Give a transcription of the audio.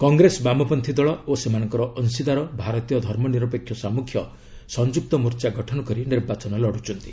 କଂଗ୍ରେସ ବାମପନ୍ତୀ ଦଳ ଓ ସେମାନଙ୍କର ଅଂଶିଦାର ଭାରତୀୟ ଧର୍ମନିରପେକ୍ଷ ସାମୁଖ୍ୟ' ସଂଯୁକ୍ତ ମୋର୍ଚ୍ଚା ଗଠନ କରି ନିର୍ବାଚନ ଲଢୁଛନ୍ତି